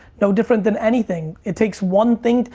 no different than anything. it takes one thing.